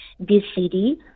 BCD